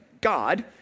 God